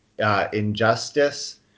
Injustice